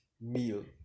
meal